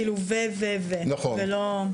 כאילו "ו", "ו", "ו", ולא.